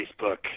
Facebook